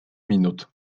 minut